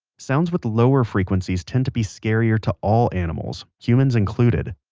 sounds with lower frequencies tend to be scarier to all animals, humans included.